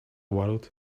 world